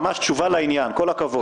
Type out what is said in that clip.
ממש תשובה לעניין, כל הכבוד.